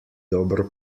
dobro